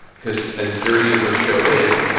because as dirty as our show is,